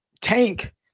tank